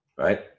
Right